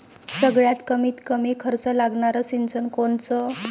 सगळ्यात कमीत कमी खर्च लागनारं सिंचन कोनचं?